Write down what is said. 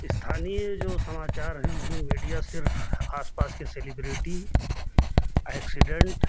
स्थानीय जो समाचार हैं उसमें मीडिया सिर्फ आसपास के सेलिब्रिटी एक्सीडेंट